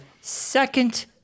second